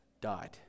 died